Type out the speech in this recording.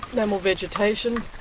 no more vegetation,